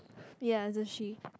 ya it's a she